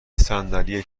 صندلی